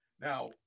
Now